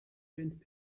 bunt